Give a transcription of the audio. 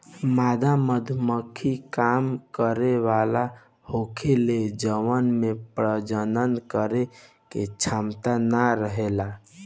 मादा मधुमक्खी काम करे वाली होखेले जवना में प्रजनन करे के क्षमता ना रहेला